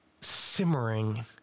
simmering